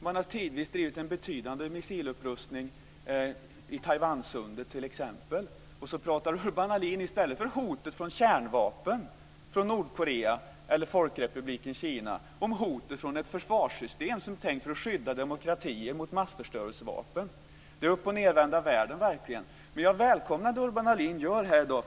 Man har tidvis bedrivit en betydande missilupprustning i t.ex. Taiwansundet. Så talar Urban Ahlin i stället om hotet från kärnvapen, från Nordkorea eller Folkrepubliken Kina, om hotet från ett försvarssystem som är tänkt att skydda demokratier mot massförstörelsevapen. Det är verkligen uppochnedvända världen Men jag välkomnar det Urban Ahlin gör här i dag.